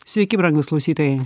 sveiki brangūs klausytojai